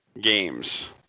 games